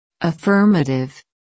Affirmative